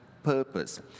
Purpose